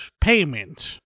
payment